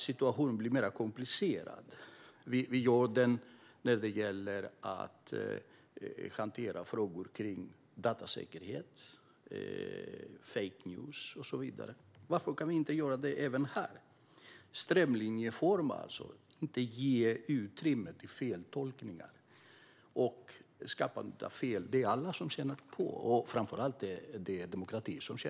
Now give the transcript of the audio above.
Situationen blir mer komplicerad när det gäller att hantera frågor kring datasäkerhet, fake news och så vidare. Varför kan vi då inte göra på samma sätt även här, det vill säga strömlinjeforma och inte ge utrymme för feltolkningar och skapande av fel? Det skulle alla tjäna på, framför allt tjänar demokratin på det.